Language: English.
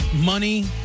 money